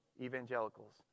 evangelicals